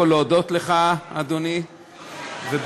להודות לך, אדוני, ב.